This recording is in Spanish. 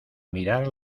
mirar